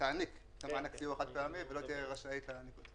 תעניק את מענק הסיוע החד-פעמי ולא תהיה רשאית להעניק אותו.